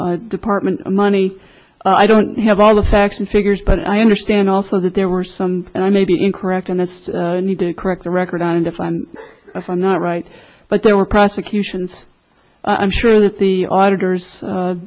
not department money i don't have all the facts and figures but i understand also that there were some and i may be incorrect on this need to correct the record on and if i'm if i'm not right but there were prosecutions i'm sure that the auditors